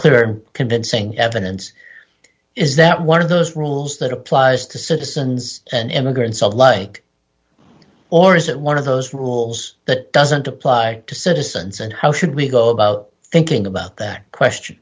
clear convincing evidence is that one of those rules that applies to citizens and immigrants alike or is it one of those rules that doesn't apply to citizens and how should we go about thinking about that question